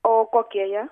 o kokie jie